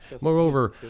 Moreover